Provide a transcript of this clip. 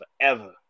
Forever